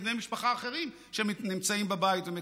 בני משפחה אחרים שנמצאים בבית ומטפלים.